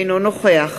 אינו נוכח